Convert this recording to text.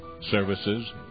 services